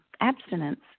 abstinence